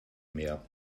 mehr